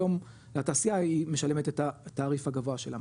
היום התעשייה היא משלמת את התעריף הגבוה של המים.